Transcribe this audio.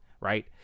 right